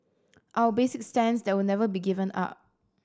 our basic stance that will never be given up